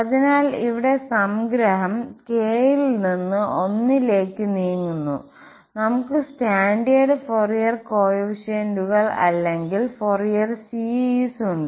അതിനാൽ ഇവിടെ സംഗ്രഹം k ൽ നിന്ന് 1 ലേക്ക് നീങ്ങുന്നു നമുക് സ്റ്റാൻഡേർഡ് ഫോറിയർ കോഎഫിഷ്യന്റുകൾ അല്ലെങ്കിൽ ഫോറിയർ സീരീസ് ഉണ്ട്